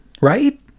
Right